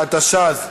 התשע"ז 2017,